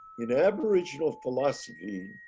in aboriginal philosophy,